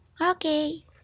Okay